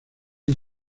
las